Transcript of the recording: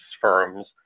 firms